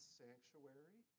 sanctuary